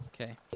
Okay